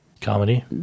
Comedy